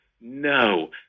no